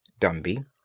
Dumby